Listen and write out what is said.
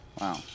Wow